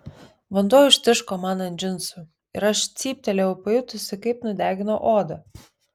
vanduo užtiško man ant džinsų ir aš cyptelėjau pajutusi kaip nudegino odą